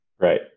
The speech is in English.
right